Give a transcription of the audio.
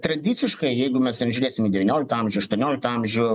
tradiciškai jeigu mes žiūrėsime į devynioliką amžių aštuonioliktą amžių